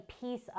piece